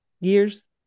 years